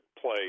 play